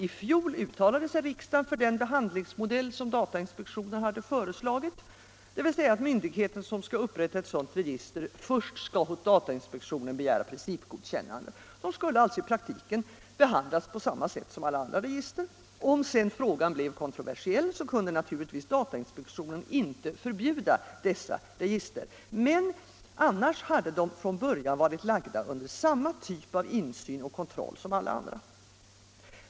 I fjol uttalade sig riksdagen för den behandlingsmodell som datainspektionen föreslagit, dvs. att den myndighet som skall upprätta ett sådant register först hos datainspektionen skall begära ett principgodkännande. De skulle alltså i praktiken behandlas på samma sätt som alla andra register. Om sedan frågan bleve kontroversiell, kunde naturligtvis datainspektionen inte förbjuda dessa register, men i alla fall hade de från början varit lagda under samma typ av insyn och kontroll som alla andra register.